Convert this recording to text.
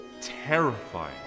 terrifying